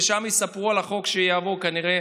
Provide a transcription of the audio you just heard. ושם יספרו על החוק שיעבור כנראה